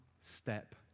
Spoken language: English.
step